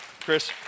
Chris